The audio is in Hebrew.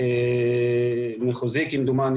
כמדומני